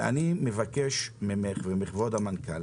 אני מבקש ממך ומכבוד המנכ"ל